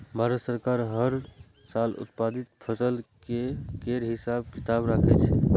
भारत सरकार हर साल उत्पादित फसल केर हिसाब किताब राखै छै